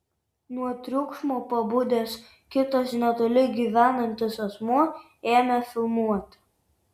nuo triukšmo pabudęs kitas netoli gyvenantis asmuo ėmė filmuoti